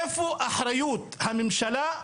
איפה אחריות הממשלה,